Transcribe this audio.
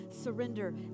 Surrender